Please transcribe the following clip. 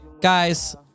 guys